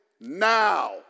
now